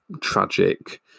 tragic